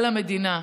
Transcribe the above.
על המדינה.